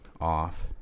off